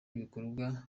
ibikorwa